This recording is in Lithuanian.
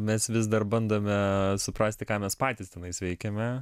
mes vis dar bandome suprasti ką mes patys tenais veikiame